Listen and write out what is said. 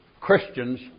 Christians